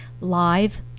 live –